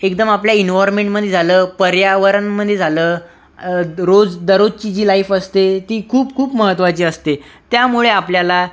एकदम आपल्या इन्व्हॉर्नमेंटमध्ये झालं पर्यावरणामध्ये झालं रोज दररोजची जी लाइफ असते ती खूप खूप महत्वाची असते त्यामुळे आपल्याला